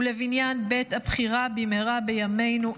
ולבניין בית הבחירה במהרה בימינו,